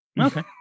okay